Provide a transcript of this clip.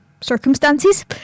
circumstances